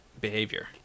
behavior